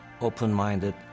open-minded